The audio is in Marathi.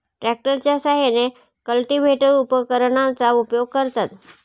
ट्रॅक्टरच्या साहाय्याने कल्टिव्हेटर उपकरणाचा उपयोग करतात